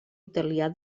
italià